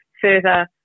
further